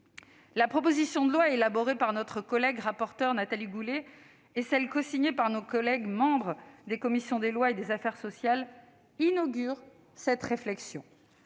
La proposition de loi élaborée par notre collègue rapporteur Nathalie Goulet et celle cosignée par nos collègues membres des commissions des lois et des affaires sociales inaugurent cette réflexion.